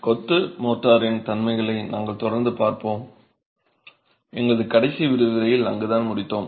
கொத்து மோர்டாரின் தன்மைகளை நாங்கள் தொடர்ந்து பார்ப்போம் எங்களது கடைசி விரிவுரையில் அங்குதான் முடித்தோம்